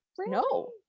No